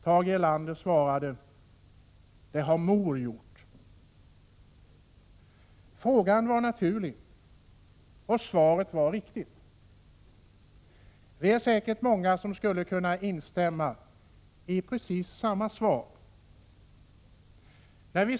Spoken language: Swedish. Tage Erlander svarade: Det har mor gjort. Frågan var naturlig och svaret var riktigt. Det är säkert många som skulle kunna instämma i det svaret.